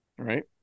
Right